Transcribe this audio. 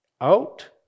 out